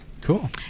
Cool